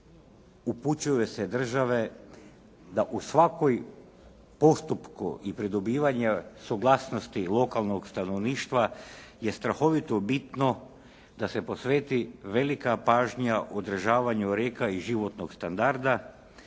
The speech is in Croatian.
upućuje se države da u svakom postupku i pri dobivanju suglasnosti lokalnog stanovništva je strahovito bitno da se posveti velika pažnja održavanju … i životnog standarda